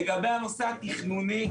לגבי הנושא התכנוני,